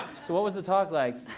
so what was the talk like?